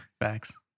Facts